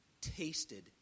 tasted